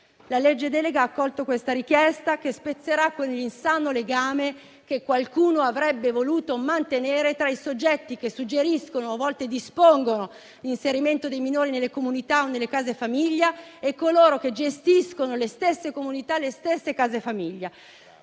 La legge delega ha accolto questa richiesta, che spezzerà quell'insano legame che qualcuno avrebbe voluto mantenere tra i soggetti che suggeriscono - e, a volte, dispongono - l'inserimento dei minori nelle comunità o nelle case famiglia e coloro che gestiscono le stesse comunità e le stesse case famiglia,